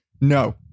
no